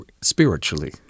spiritually